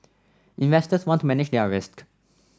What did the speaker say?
investors want to manage their risk